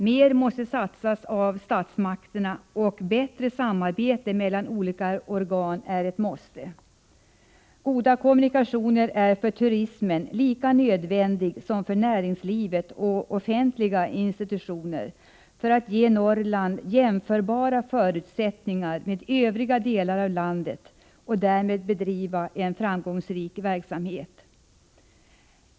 Mer måste satsas av statsmakterna och bättre samarbete mellan olika organ är ett måste. Goda kommunikationer är för turismen lika nödvändiga som för näringslivet och offentliga institutioner för att Norrland skall få jämförbara förutsättningar med övriga delar av landet och därmed också att bedriva en framgångsrik verksamhet.